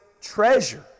treasure